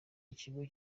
ikigo